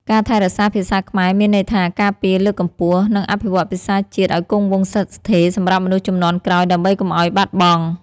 ការថែរក្សាភាសាខ្មែរ មានន័យថា ការពារ លើកកម្ពស់ និងអភិវឌ្ឍភាសាជាតិឱ្យគង់វង្សស្ថិតស្ថេរសម្រាប់មនុស្សជំនាន់ក្រោយដើម្បីកុំអោយបាត់បង់។